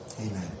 Amen